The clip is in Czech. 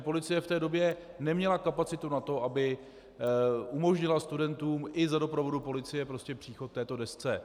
Policie v té době neměla kapacitu na to, aby umožnila studentům i za doprovodu policie prostě příchod k této desce.